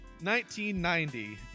1990